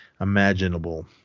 imaginable